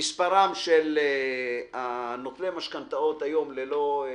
מספרם של נוטלי המשכנתאות היום ללא ביטוח,